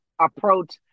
approach